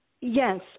Yes